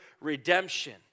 redemption